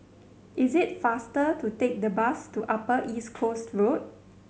is it faster to take the bus to Upper East Coast Road